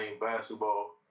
basketball